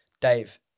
Dave